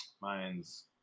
mine's